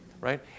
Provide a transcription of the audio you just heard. Right